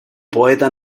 poeta